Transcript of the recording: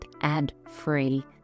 ad-free